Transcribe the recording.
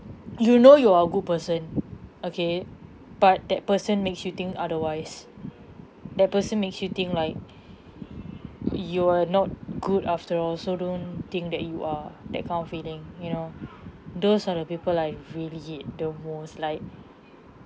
you know you're a good person okay but that person makes you think otherwise that person makes you think like you're not good after all so don't think that you are that kind of feeling you know those are the people I really hate the most like